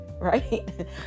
right